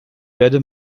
werde